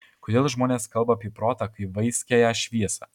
kodėl žmonės kalba apie protą kaip vaiskiąją šviesą